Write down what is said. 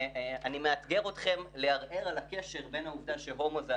ואני מאתגר אתכם לערער על הקשר בין העובדה ש"הומו" זו